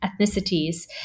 ethnicities